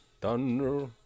Thunder